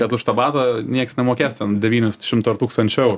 kad už tą batą nieks nemokės ten devynių šimtų tūkstančio eurų